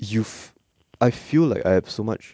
you I feel like I have so much